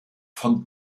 von